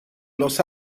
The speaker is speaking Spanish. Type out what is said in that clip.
los